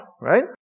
right